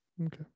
Okay